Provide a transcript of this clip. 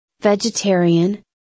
Vegetarian